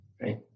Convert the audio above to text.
Right